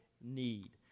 need